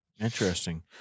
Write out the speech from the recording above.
interesting